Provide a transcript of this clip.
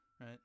right